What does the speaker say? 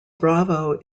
bravo